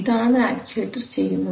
ഇതാണ് ആക്ച്ചുവെറ്റർ ചെയ്യുന്നത്